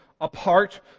apart